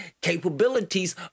capabilities